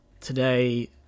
today